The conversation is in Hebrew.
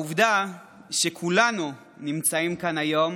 העובדה שכולנו נמצאים כאן היום